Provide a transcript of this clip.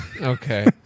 Okay